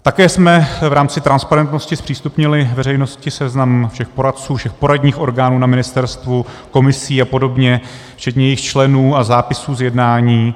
Také jsme v rámci transparentnosti zpřístupnili veřejnosti seznam všech poradců, všech poradních orgánů na ministerstvu, komisí apod. včetně jejích členů a zápisů z jednání.